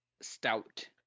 Stout